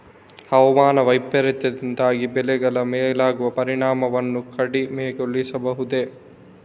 ಹವಾಮಾನ ವೈಪರೀತ್ಯದಿಂದಾಗಿ ಬೆಳೆಗಳ ಮೇಲಾಗುವ ಪರಿಣಾಮವನ್ನು ಕಡಿಮೆಗೊಳಿಸಬಹುದೇ?